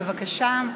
בבקשה.